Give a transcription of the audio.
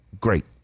Great